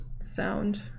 sound